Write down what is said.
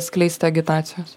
skleisti agitacijos